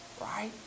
right